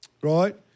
right